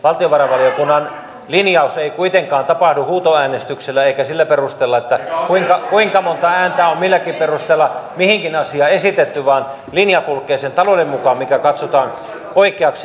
valtiovarainvaliokunnan linjaus ei kuitenkaan tapahdu huutoäänestyksellä eikä sillä perusteella kuinka monta ääntä on milläkin perusteella mihinkin asiaan esitetty vaan linja kulkee sen talouden mukaan mikä katsotaan oikeaksi